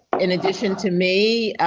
in addition to me.